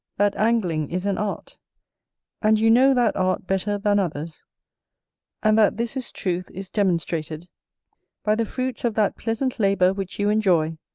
that angling is an art and you know that art better than others and that this is truth is demonstrated by the fruits of that pleasant labour which you enjoy,